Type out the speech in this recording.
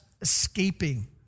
escaping